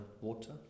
Water